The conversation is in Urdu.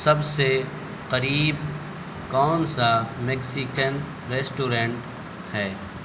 سب سے قریب کون سا میکسیکن ریسٹورنٹ ہے